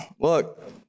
Look